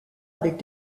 avec